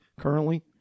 currently